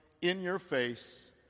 in-your-face